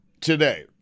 today